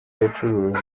yacurujwe